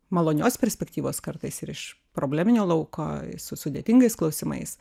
malonios perspektyvos kartais ir iš probleminio lauko su sudėtingais klausimais